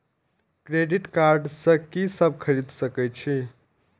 Credit card से की सब खरीद सकें छी?